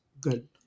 good